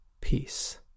peace